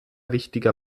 wichtiger